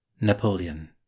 Napoleon